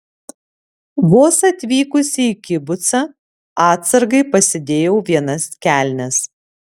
vos atvykusi į kibucą atsargai pasidėjau vienas kelnes